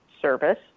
service